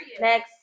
next